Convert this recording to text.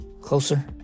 closer